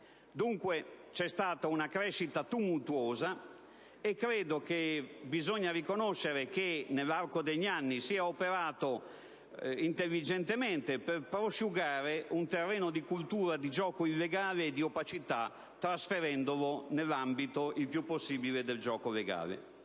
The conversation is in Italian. Dunque c'è stata una crescita tumultuosa. Credo che si debba riconoscere che nell'arco degli anni si è operato intelligentemente per prosciugare un terreno di coltura del gioco illegale e di opacità, trasferendolo il più possibile nell'ambito del